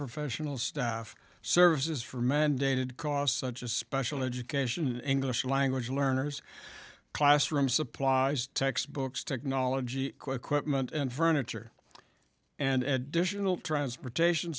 nonprofessional staff services for mandated costs such as special education english language learners classroom supplies textbooks technology quick quick mint and furniture and additional transportation